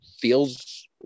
feels